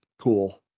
cool